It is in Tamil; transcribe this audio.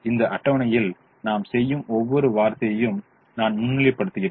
இந்த அட்டவணையில் நாம் செய்யும் ஒவ்வொரு வார்த்தையையும் நான் முன்னிலைப்படுத்துகிறேன்